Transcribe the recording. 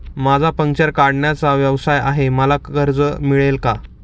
माझा पंक्चर काढण्याचा व्यवसाय आहे मला कर्ज मिळेल का?